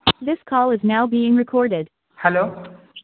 hello